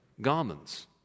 Garments